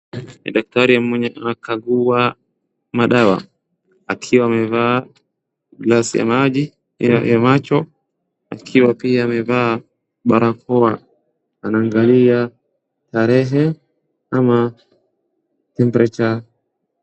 Daktari mwenye anakangua madawa. Akiwa amevaa glasi ya macho na pia akiwa amevaa barakoa anangalia tarehe ama temperature .